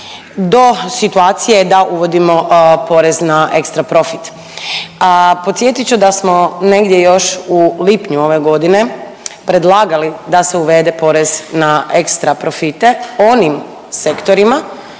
do situacije da uvodimo porez na ekstra profit. Podsjetit ću da smo negdje još u lipnju ove godine predlagali da se uvede porez na ekstra profite onim sektorima